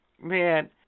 man